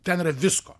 ten yra visko